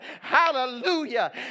Hallelujah